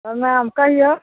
हँ मैम कहिऔ